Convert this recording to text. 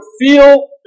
feel